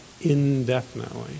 indefinitely